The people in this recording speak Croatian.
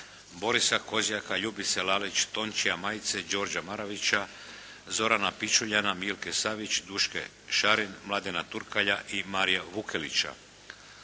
Borisa Kozjaka, Ljubice Lalić, Tončija Majice, Đorđea Maravića, Zorana Pičuljana, Milke Savić, Duške Šarin, Mladena Turkalja i Marija Vukelića.